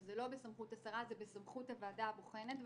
שזה לא בסמכות השרה אלא בסמכות הוועדה הבוחנת.